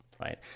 right